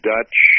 Dutch